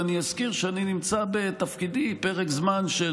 ואזכיר שאני נמצא בתפקידי פרק זמן של